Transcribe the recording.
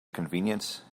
convenience